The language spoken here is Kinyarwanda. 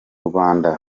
rwanda